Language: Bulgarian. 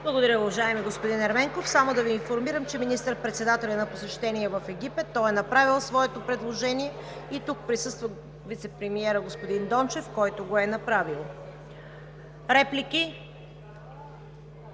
Благодаря, уважаеми господин Ерменков. Само да Ви информирам, че министър-председателят е на посещение в Египет. Той е направил своето предложение и тук присъства вицепремиерът господин Дончев, който го е направил. Реплики?